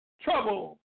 Trouble